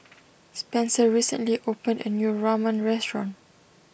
Spencer recently opened a new Ramen restaurant